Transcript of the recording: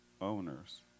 owners